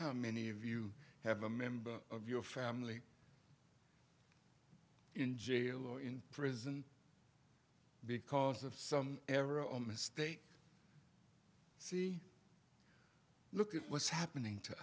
how many of you have a member of your family in jail or in prison because of some ever or mistake see look at what's happening to